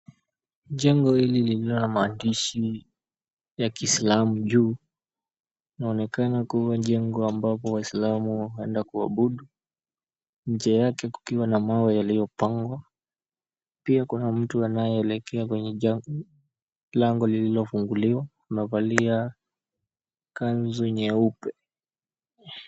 Jengo hili lililo na maandishi ya kiislamu juu, inaonekana kuwa jengo ambapo waislamu huenda kuabudu, nje yake kukiwa na mawe yaliyopangwa. Pia mtu anayeelekea kwenye lango lililofunguliwa, amevalia kanzu nyeupe.